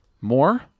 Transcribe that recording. More